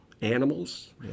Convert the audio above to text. animals